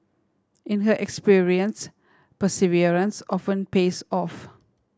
in her experience perseverance often pays off